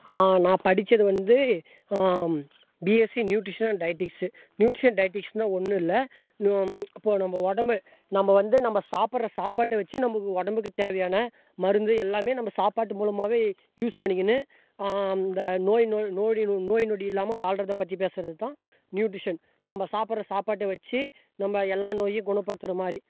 நான் படித்தது வந்து BSc nutrition and dietetics nutrition டயட்டிஷனா ஒன்று இல்லை இப்போ நம்ப உடம்பு நம்ம வந்து நம்ம சாப்பிடுற சாப்பாட்டை வைச்சே நமக்கு உடம்புக்கு தேவையான மருந்து எல்லாமே நம்ம சாப்பாட்டு மூலமாகவே யூஸ் பண்ணிக்கின்னு இந்த நோய் நோய் நொடி நோ நோய் நொடி இல்லாமல் வாழ்றதை பற்றி பேசுவது தான் நியூட்டிஷன் நம்ம சாப்பிற சாப்பாட்டை வெச்சு நம்ம எல்லா நோயும் குணப்படுத்துகிற மாதிரி